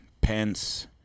Pence